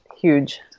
huge